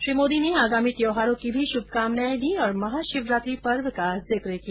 श्री मोदी ने आगामी त्यौहारों की भी शुभकामनाए दी और महाशिवरात्रि पर्व का जिक्र किया